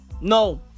no